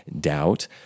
doubt